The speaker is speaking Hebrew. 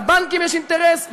לבנקים יש אינטרס,